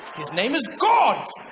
his name is god!